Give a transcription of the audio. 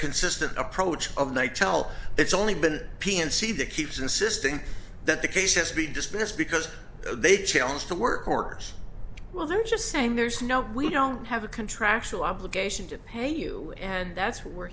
consistent approach of nightowl it's only been p and c that keeps insisting that the cases be dismissed because they challenge the work orders well they're just saying there's no we don't have a contractual obligation to pay you and that's what we're